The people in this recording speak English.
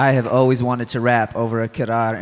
i have always wanted to rap over a kid